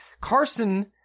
Carson